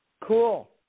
Cool